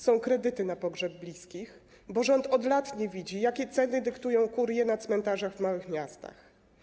Są kredyty na pogrzeb bliskich, bo rząd od lat nie widzi, jakie ceny dyktują kurie na cmentarzach w małych miastach.